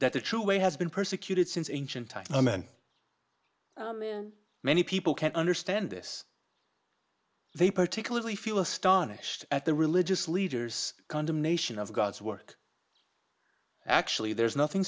that the true way has been persecuted since ancient times a man many people can understand this they particularly feel astonished at the religious leaders condemnation of god's work actually there is nothing